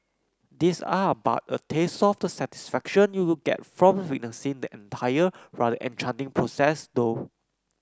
these are but a taste of the satisfaction you'll get from witnessing the entire rather enchanting process though